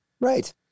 Right